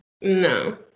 No